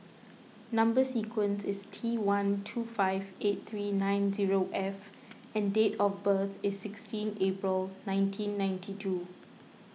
Number Sequence is T one two five eight three nine zero F and date of birth is sixteen April nineteen ninety two